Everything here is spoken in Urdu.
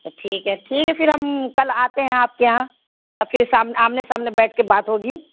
ا ٹھیک ہے ٹھیک ہے پھر ہم کل آتے ہیں آپ کے یہاں ا پھر سام آامنے سامنے بیٹھ کے بات ہوگی